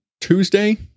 Tuesday